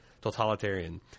totalitarian